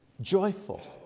joyful